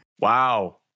Wow